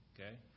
Okay